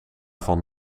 van